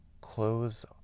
close